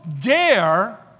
Dare